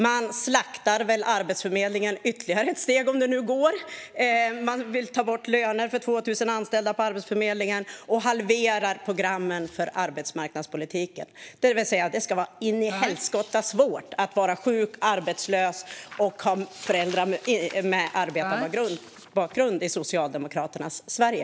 De slaktar väl Arbetsförmedlingen ytterligare ett steg, om det nu går. De vill ta bort löner för 2 000 anställda på Arbetsförmedlingen, och de halverar programmen för arbetsmarknadspolitiken. Det ska vara in i helskotta svårt att vara sjuk eller arbetslös och att ha föräldrar med arbetarbakgrund i Sverigedemokraternas Sverige.